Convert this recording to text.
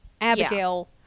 Abigail